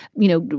you know,